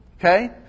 Okay